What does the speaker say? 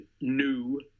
new